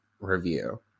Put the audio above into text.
review